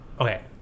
Okay